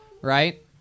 Right